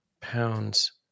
pounds